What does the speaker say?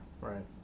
Right